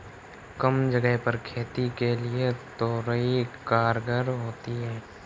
कम जगह पर खेती के लिए तोरई कारगर होती है